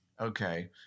Okay